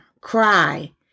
cry